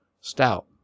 Stout